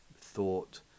thought